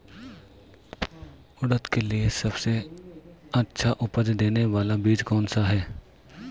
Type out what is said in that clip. उड़द के लिए सबसे अच्छा उपज देने वाला बीज कौनसा है?